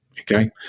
Okay